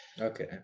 Okay